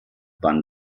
ban